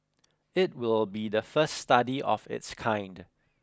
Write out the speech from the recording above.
it will be the first study of its kind